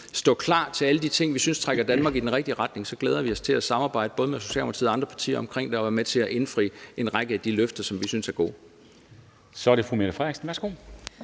at støtte alle de ting, vi synes trækker Danmark i den rigtige retning. Og så glæder vi os til at samarbejde både med Socialdemokratiet og andre partier om at være med til at indfri en række af de løfter, som vi synes er gode. Kl. 13:57 Formanden (Henrik